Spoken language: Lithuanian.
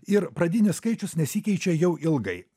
ir pradinis skaičius nesikeičia jau ilgai